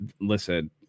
Listen